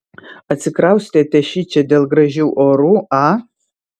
atsikraustėte šičia dėl gražių orų a